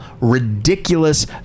ridiculous